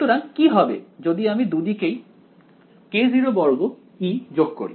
সুতরাং কি হবে যদি আমি দুদিকেই k02E যোগ করি